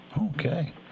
Okay